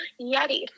Yeti